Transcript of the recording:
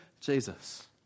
Jesus